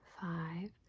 five